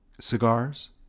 cigars